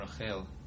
Rachel